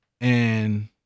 and-